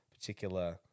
particular